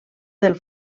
del